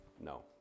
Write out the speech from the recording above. no